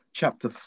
chapter